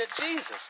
Jesus